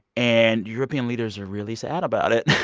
and european leaders are really sad about it yeah.